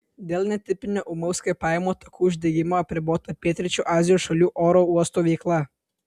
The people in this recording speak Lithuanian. dėl netipinio ūmaus kvėpavimo takų uždegimo apribota pietryčių azijos šalių oro uostų veikla